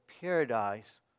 paradise